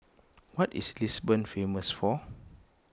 what is Lisbon famous for